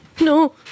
No